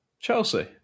Chelsea